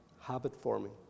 habit-forming